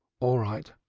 all right.